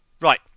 Right